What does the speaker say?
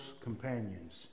companions